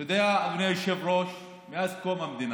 אתה יודע, אדוני היושב-ראש, מאז קום המדינה